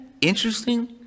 interesting